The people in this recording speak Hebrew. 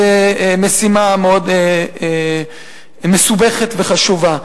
זו משימה מאוד מסובכת וחשובה.